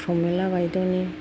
Pramila बायद'नि